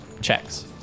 checks